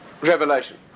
revelation